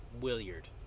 Williard